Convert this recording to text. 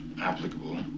applicable